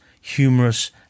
humorous